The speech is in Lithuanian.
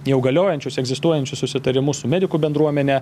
jau galiojančius egzistuojančius susitarimus su medikų bendruomene